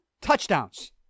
touchdowns